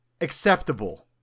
Acceptable